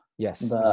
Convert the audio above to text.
Yes